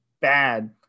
bad